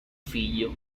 figlio